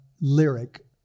lyric